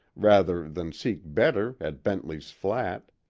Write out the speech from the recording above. rather than seek better at bentley's flat.